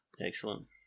excellent